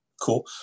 Cool